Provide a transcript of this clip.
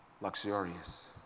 luxurious